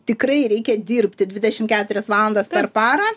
tikrai reikia dirbti dvidešim keturias valandas per parą